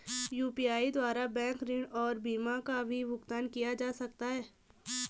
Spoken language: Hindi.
यु.पी.आई द्वारा बैंक ऋण और बीमा का भी भुगतान किया जा सकता है?